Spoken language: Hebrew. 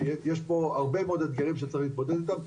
יש פה הרבה מאוד אתגרים שצריך להתמודד איתם.